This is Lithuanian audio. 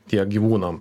tiek gyvūnam